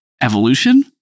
evolution